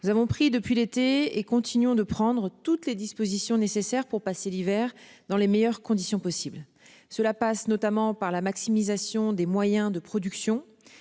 Nous avons pris depuis l'été et continuons de prendre toutes les dispositions nécessaires pour passer l'hiver dans les meilleures conditions possibles. Cela passe notamment par la maximisation des moyens de production.